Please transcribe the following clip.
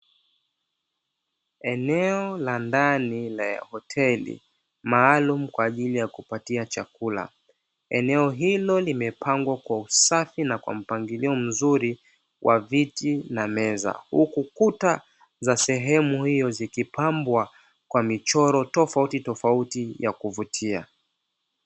Eneo la ndani la hoteli maalumu kwa ajili ya kupatia chakula. Eneo hilo limepangwa kwa usafi na kwa mpangilio mzuri wa viti na meza huku kuta za sehemu hiyo zikipambwa kwa picha tofauti tofauti ya kuvutia.